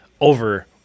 over